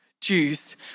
Jews